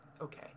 okay